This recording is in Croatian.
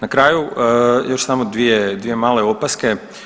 Na kraju još samo dvije male opaske.